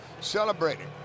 celebrating